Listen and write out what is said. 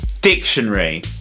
dictionary